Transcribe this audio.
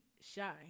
shy